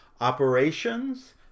Operations